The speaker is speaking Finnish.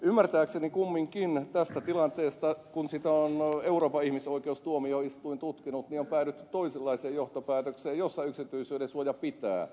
ymmärtääkseni kumminkin tässä tilanteessa kun sitä on euroopan ihmisoikeustuomioistuin tutkinut on päädytty toisenlaiseen johtopäätökseen jossa yksityisyyden suoja pitää